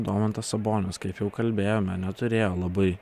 domantas sabonis kaip jau kalbėjome neturėjo labai